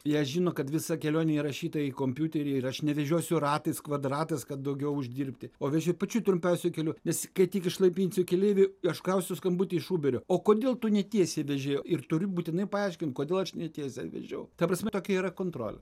jie žino kad visa kelionė įrašyta į kompiuterį ir aš nevežiosiu ratais kvadratais kad daugiau uždirbti o veži pačiu trumpiausiu keliu nes kai tik išlaipinsiu keleivį aš gausiu skambutį iš uberio o kodėl tu ne tiesiai veži ir turi būtinai paaiškint kodėl aš ne tiesiai vežiau ta prasme tokia yra kontrolė